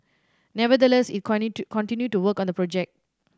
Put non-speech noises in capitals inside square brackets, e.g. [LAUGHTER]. nevertheless it [UNINTELLIGIBLE] continued to work on the project